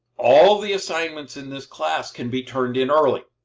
all the assignments in this class can be turned in early,